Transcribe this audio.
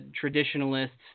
traditionalists